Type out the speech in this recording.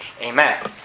Amen